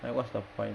then what's the point